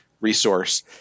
resource